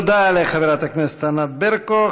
תודה לחברת הכנסת ענת ברקו.